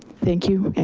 thank you and